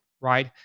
right